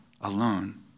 alone